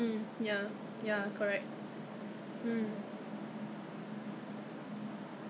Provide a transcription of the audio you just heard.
因为因为我记得很久前我 I bought so much so they not every certain amount I can apply a membership